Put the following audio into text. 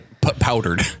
powdered